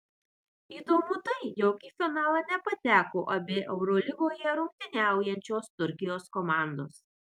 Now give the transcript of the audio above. įdomu tai jog į finalą nepateko abi eurolygoje rungtyniaujančios turkijos komandos